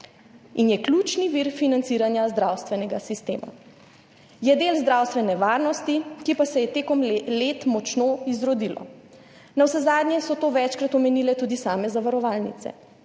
in je ključni vir financiranja zdravstvenega sistema. Je del zdravstvene varnosti, ki pa se je skozi leta močno izrodilo. Navsezadnje so to večkrat omenile tudi same zavarovalnice.